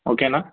ఓకేనా